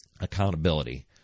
Accountability